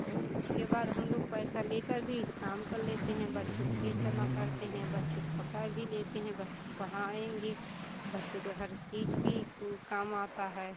और उसके बाद भी हम लोग पैसा लेकर भी काम कर लेते हैं बच्चों क फीस जमा करते है बच्चों को कपड़ा भी लेते हैं बच्चों को पढ़ाएंगे बच्चों की हर चीज़ भी काम आता है